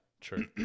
True